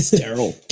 Sterile